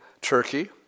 Turkey